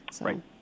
Right